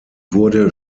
wurde